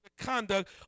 conduct